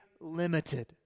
limited